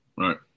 Right